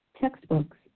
textbooks